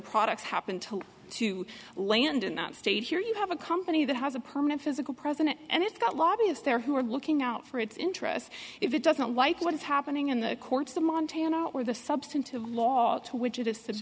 products happened to land in that state here you have a company that has a permanent physical presence and it's got lobbyist there who are looking out for its interests if it doesn't like what is happening in the courts the montana where the substantive law to which it is